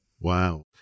Wow